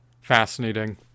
fascinating